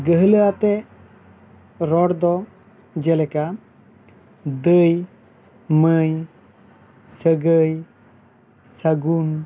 ᱜᱟᱹᱦᱞᱟᱹ ᱟᱛᱮᱫ ᱨᱚᱲ ᱫᱚ ᱡᱮᱞᱮᱠᱟ ᱫᱟᱹᱭ ᱢᱟᱹᱭ ᱥᱟᱹᱜᱟᱹᱭ ᱥᱟᱹᱜᱩᱱ